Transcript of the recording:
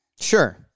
Sure